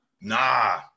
Nah